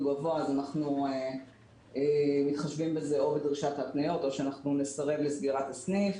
גבוה אנחנו מתחשבים בזה או בדרישת התניות או שאנחנו נסרב לסגירת הסניף,